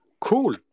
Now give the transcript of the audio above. Cool